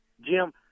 Jim